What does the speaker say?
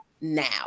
now